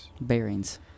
Bearings